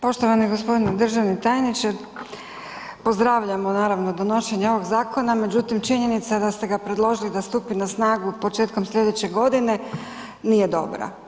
Poštovani gospodine državni tajniče, pozdravljamo naravno donošenje ovog zakona međutim činjenica je da ste ga predložili da stupi na snagu početkom slijedeće godine, nije dobra.